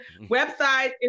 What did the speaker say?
Website